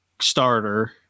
starter